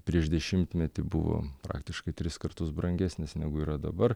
prieš dešimtmetį buvo praktiškai tris kartus brangesnės negu yra dabar